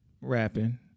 rapping